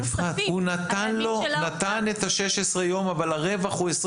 הוא נתן את ה-16 יום אבל הרווח הוא 25